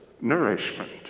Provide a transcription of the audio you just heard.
nourishment